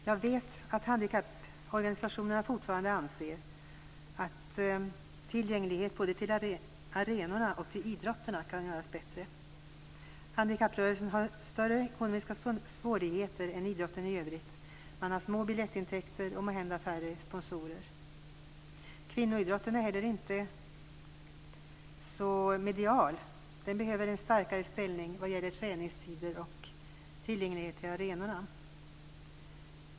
Jag vet att handikapporganisationerna fortfarande anser att tillgänglighet både till arenorna och till idrotterna kan göras bättre. Handikapprörelsen har större ekonomiska svårigheter än idrotten i övrigt. Man har små biljettintäkter och måhända färre sponsorer. Kvinnoidrotten är heller inte så medial. Den behöver en starkare ställning vad gäller träningstider och tillgänglighet till arenorna.